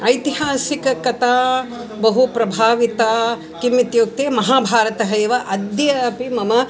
ऐतिहासिककथा बहु प्रभाविता किम् इत्युक्ते महाभारतः एव अद्य अपि मम